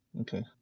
Okay